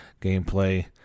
gameplay